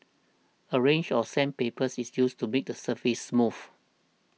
a range of sandpaper's is used to make the surface smooth